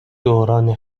دوران